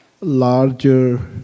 larger